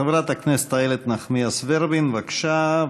חברת הכנסת איילת נחמיאס ורבין, בבקשה.